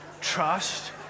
trust